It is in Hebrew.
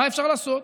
מה אפשר לעשות?